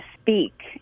speak